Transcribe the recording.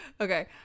okay